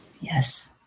Yes